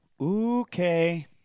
Okay